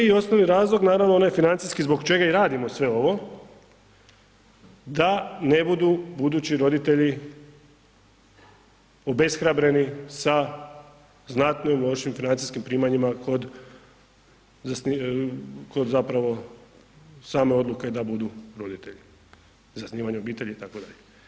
Prvi i osnovni razlog naravno onaj financijski zbog čega i radimo sve ovo da ne budu budući roditelji obeshrabreni sa znatno lošijim financijskim primanjima kod zapravo same odluke da budu roditelji, zasnivanje obitelji itd.